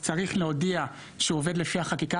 לפי דעתנו, הנושא שצריך להיות פה,